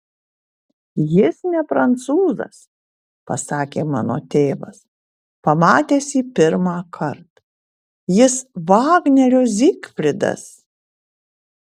jis ne prancūzas pasakė mano tėvas pamatęs jį pirmąkart jis vagnerio zygfridas